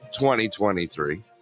2023